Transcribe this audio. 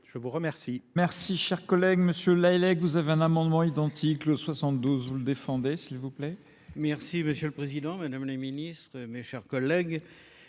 Je vous remercie.